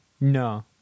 No